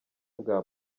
bwa